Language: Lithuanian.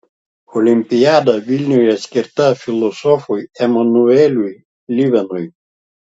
olimpiada vilniuje skirta filosofui emanueliui levinui